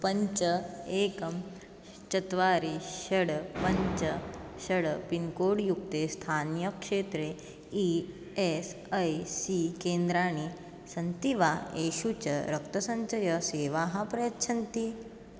पञ्च एकं चत्वारि षट् पञ्च षट् पिन्कोड् युक्ते स्थानीयक्षेत्रे ई एस् ऐ सी केन्द्राणि सन्ति वा एषु च रक्तसञ्चयसेवाः प्रयच्छन्ति